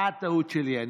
אה, טעות שלי.